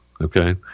Okay